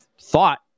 thought